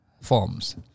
forms